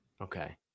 Okay